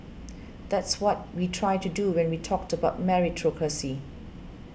that's what we try to do when we talked about meritocracy